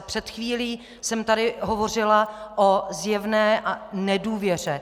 Před chvílí jsem tady hovořila o zjevné nedůvěře.